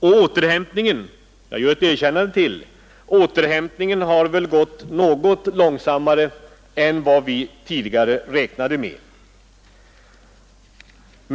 Och återhämtningen har väl gått något långsammare än vad vi tidigare räknade med.